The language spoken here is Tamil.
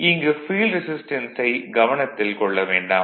இங்கு ஃபீல்டு ரெசிஸ்டன்ஸைக் கவனத்தில் கொள்ள வேண்டாம்